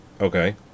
Okay